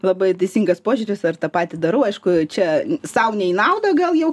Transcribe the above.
labai teisingas požiūris ar tą patį darau aišku čia sau ne į naudą gal jau